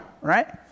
right